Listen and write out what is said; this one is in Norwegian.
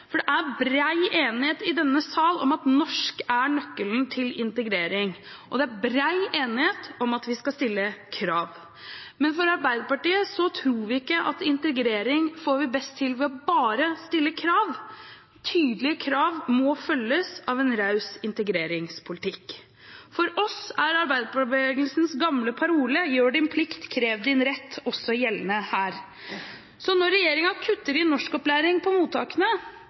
Det er bred enighet i denne sal om at norsk er nøkkelen til integrering, og det er bred enighet om at vi skal stille krav. Men i Arbeiderpartiet tror vi ikke at integrering får vi best til ved bare å stille krav. Tydelige krav må følges av en raus integreringspolitikk. For oss er arbeiderbevegelsens gamle parole – Gjør din plikt, krev din rett – også gjeldende her. Når regjeringen kutter i norskopplæring på mottakene,